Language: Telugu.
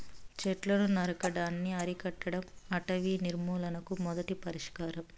చెట్లను నరకటాన్ని అరికట్టడం అటవీ నిర్మూలనకు మొదటి పరిష్కారం